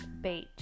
Beach